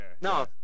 No